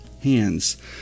hands